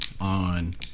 on